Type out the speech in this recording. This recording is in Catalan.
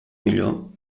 millor